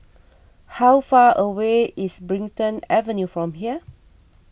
how far away is Brighton Avenue from here